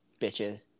bitches